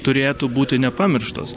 turėtų būti nepamirštos